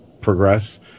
progress